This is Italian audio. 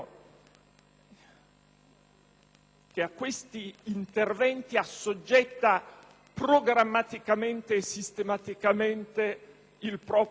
che a questi interventi assoggetta programmaticamente e sistematicamente il proprio agire;